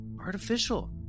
artificial